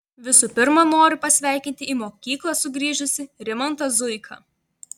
visų pirma noriu pasveikinti į mokyklą sugrįžusį rimantą zuiką